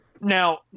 Now